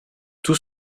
tout